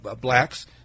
blacks